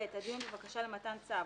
(ב) הדיון בבקשה למתן צו